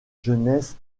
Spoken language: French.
jeunesse